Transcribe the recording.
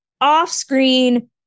off-screen